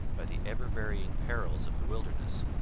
by the ever-varying perils of the wilderness.